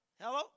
Hello